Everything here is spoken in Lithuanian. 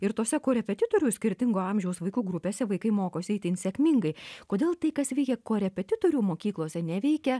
ir tose korepetitorių skirtingo amžiaus vaikų grupėse vaikai mokosi itin sėkmingai kodėl tai kas veikia korepetitorių mokyklose neveikia